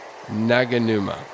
Naganuma